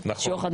שוחד,